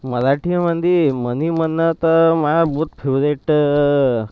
मराठीमध्ये म्हणी म्हणलं तर माझं बहुत फेवरेट